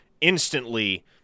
instantly